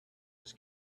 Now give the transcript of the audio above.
was